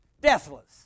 Deathless